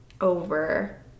over